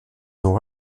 nord